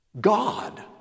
God